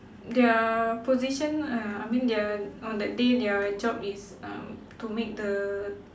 their position uh I mean their on that day their job is um to make the